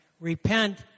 Repent